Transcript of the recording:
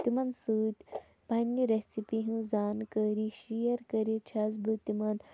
تِمَن سۭتۍ پَنٕنہِ ریسیٖپی ہٕنٛز زانٛکٲری شِیر کٔرِتھ چھَس بہٕ تِمَن